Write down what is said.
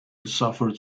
suffered